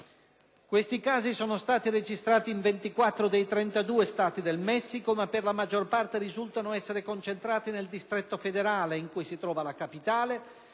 Questi casi sono stati registrati in 24 dei 32 Stati del Messico, ma per la maggior parte risultano essere concentrati nel Distretto federale (in cui si trova la capitale